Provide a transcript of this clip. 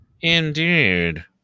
Indeed